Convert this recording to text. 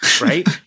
right